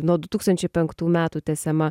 nuo du tūkstančiai penktų metų tęsiama